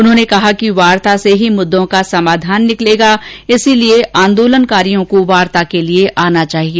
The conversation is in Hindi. उन्होंने कहा कि वार्ता से ही मुददों का समाधान निकलेगा इसलिए आंदोलनकारियों को वार्ता के लिए आना चाहिए